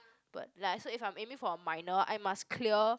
but like so if I'm aiming for a minor I must clear